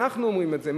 אנחנו אומרים את זה,